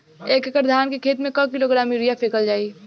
एक एकड़ धान के खेत में क किलोग्राम यूरिया फैकल जाई?